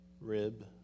rib